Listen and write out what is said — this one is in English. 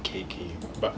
K K but